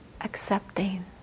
accepting